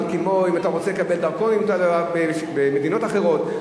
כמו אם אתה רוצה לקבל דרכון אם אתה במדינות אחרות.